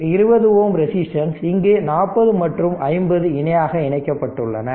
இது 20 Ω ரெசிஸ்டன்ஸ் இங்கு 40 மற்றும் 50 இணையாக இணைக்கப்பட்டுள்ளன